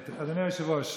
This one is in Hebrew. אדוני היושב-ראש,